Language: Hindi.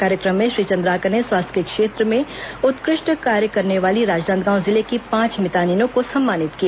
कार्यक्रम में श्री चंद्राकर ने स्वास्थ्य के क्षेत्र में उत्कृष्ट कार्य करने वाली राजनांदगांव जिले की पांच मितानिनों को सम्मानित किया